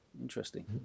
interesting